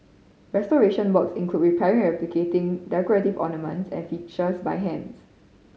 restoration works include repairing and replicating decorative ornaments and fixtures by hands